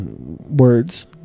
words